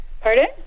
Pardon